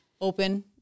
Open